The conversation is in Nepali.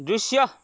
दृश्य